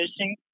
fishing